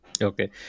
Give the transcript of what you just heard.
Okay